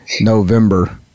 November